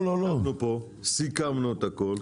ישבנו כאן וסיכמנו את הכול.